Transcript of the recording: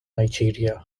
nigeria